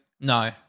No